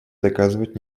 доказывать